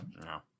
No